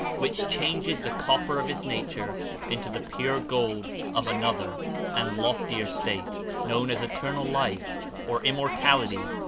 which changes the copper of his nature into the pure gold of another and loftier state known as eternal life or immortality,